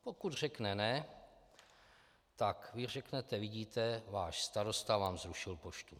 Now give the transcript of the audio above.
Pokud řekne ne, tak vy řeknete: Vidíte, váš starosta vám zrušil poštu.